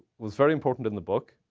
was very important in the book.